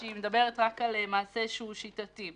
שהיא מדברת רק על מעשה שהוא שיטתי.